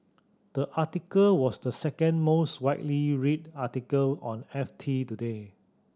the article was the second most widely read article on F T today